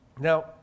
Now